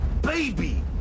baby